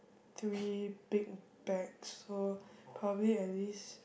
three big bags so probably at least